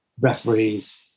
referees